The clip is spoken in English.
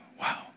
wow